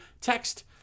text